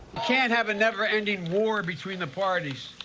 can't have a never-ending war between the parties.